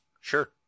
Sure